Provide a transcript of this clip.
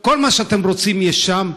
כל מה שאתם רוצים יש שם.